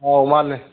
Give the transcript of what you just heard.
ꯑꯧ ꯃꯥꯟꯅꯦ